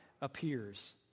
appears